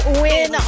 win